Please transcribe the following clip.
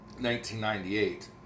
1998